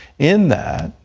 in that,